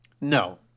No